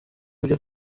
byo